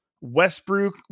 Westbrook